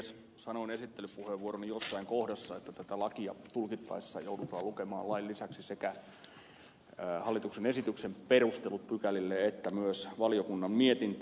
sanoin esittelypuheenvuoroni jossain kohdassa että tätä lakia tulkittaessa joudutaan lukemaan lain lisäksi sekä hallituksen esityksen perustelut pykälille että myös valiokunnan mietintö